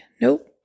nope